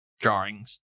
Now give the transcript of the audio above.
drawings